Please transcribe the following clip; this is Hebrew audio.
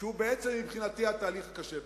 שהוא מבחינתי התהליך הקשה ביותר.